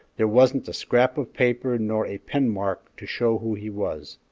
there wasn't a scrap of paper nor a pen-mark to show who he was.